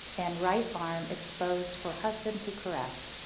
and right arm exposed for husband to caress.